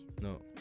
no